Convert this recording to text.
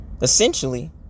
Essentially